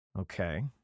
Okay